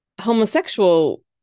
homosexual